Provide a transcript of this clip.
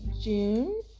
June